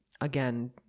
again